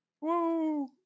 Woo